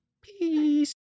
peace